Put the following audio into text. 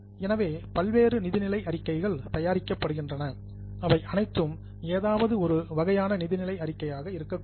எனவே பல்வேறு நிதிநிலை அறிக்கைகள் தயாரிக்கப்படுகின்றன அவை அனைத்தும் ஏதாவது ஒரு வகையான நிதிநிலை அறிக்கையாக இருக்கக் கூடும்